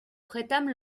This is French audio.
prêtâmes